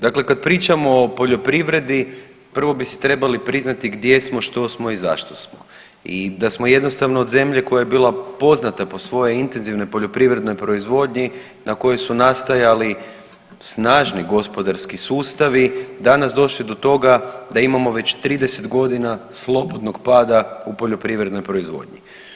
Dakle, kad pričamo o poljoprivredi prvo bi si trebali priznati gdje smo, što smo i zašto smo i da smo jednostavno od zemlje koja je bila poznata po svojoj intenzivnoj poljoprivrednoj proizvodnji na kojoj su nastajali snažni gospodarski sustavi danas došli do toga da imamo već 30.g. slobodnog pada u poljoprivrednoj proizvodnji.